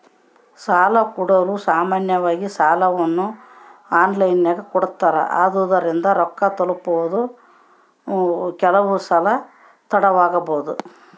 ಈ ಸಾಲಕೊಡೊರು ಸಾಮಾನ್ಯವಾಗಿ ಸಾಲವನ್ನ ಆನ್ಲೈನಿನಗೆ ಕೊಡುತ್ತಾರೆ, ಆದುದರಿಂದ ರೊಕ್ಕ ತಲುಪುವುದು ಕೆಲವುಸಲ ತಡವಾಬೊದು